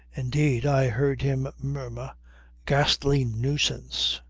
indeed i heard him murmur ghastly nuisance,